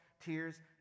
tears